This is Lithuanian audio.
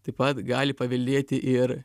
taip pat gali paveldėti ir